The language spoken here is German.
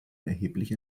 erheblich